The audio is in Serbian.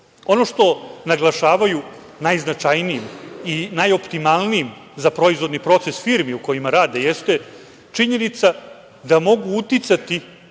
Ono što naglašavaju najznačajnijim i najoptimalnijim za proizvodni proces firmi u kojima rade, jeste činjenica da mogu uticati